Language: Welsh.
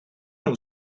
nhw